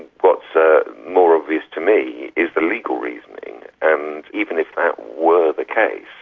what's ah more obvious to me is the legal reasoning. and even if that were the case,